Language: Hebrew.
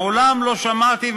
מעולם לא שמעתי,